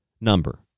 number